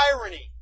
irony